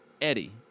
Eddie